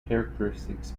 characteristics